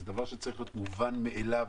זה דבר שצריך להיות מובן מאליו.